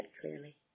clearly